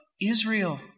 Israel